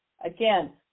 Again